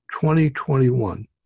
2021